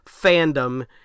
fandom